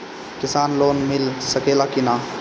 किसान लोन मिल सकेला कि न?